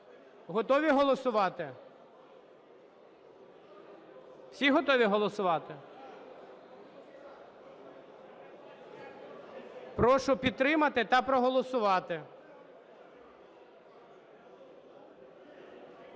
Готові голосувати? Всі готові голосувати? Прошу підтримати та проголосувати.